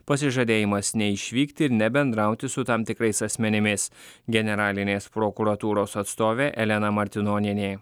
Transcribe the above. pasižadėjimas neišvykti ir nebendrauti su tam tikrais asmenimis generalinės prokuratūros atstovė elena martinonienė